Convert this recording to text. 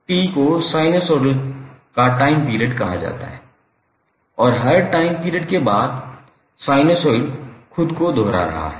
T को sinusoid की time period कहा जाता है और हर टाइम पीरियड के बाद साइनसॉइड खुद को दोहरा रहा है